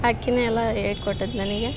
ಆಕಿನೇ ಎಲ್ಲಾ ಹೇಳ್ಕೊಟ್ಟದು ನನಗೆ